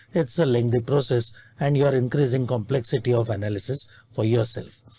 it's a lengthy process and you're increasing complexity of analysis for yourself.